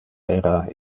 era